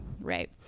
right